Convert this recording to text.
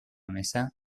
mesa